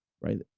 right